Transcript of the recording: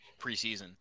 preseason